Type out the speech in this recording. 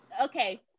Okay